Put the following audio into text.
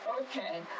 Okay